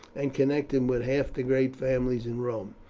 and connected with half the great families in rome.